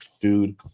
Dude